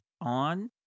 on